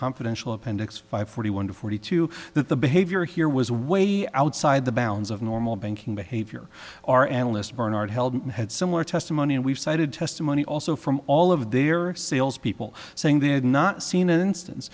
confidential appendix five forty one forty two that the behavior here was a way outside the bounds of normal banking behavior our analyst bernard held and had similar testimony and we've cited testimony also from all of their sales people saying they had not seen an instance